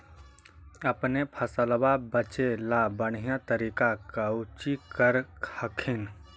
अपने फसलबा बचे ला बढ़िया तरीका कौची कर हखिन?